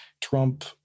Trump